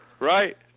Right